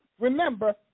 remember